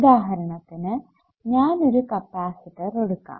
ഉദാഹരണത്തിന് ഞാൻ ഒരു കപ്പാസിറ്റർ എടുക്കാം